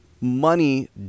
money